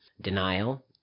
denial